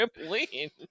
trampoline